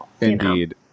Indeed